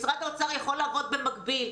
משרד האוצר יכול לעבוד במקביל.